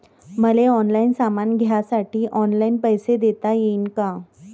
मले ऑनलाईन सामान घ्यासाठी ऑनलाईन पैसे देता येईन का?